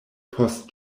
post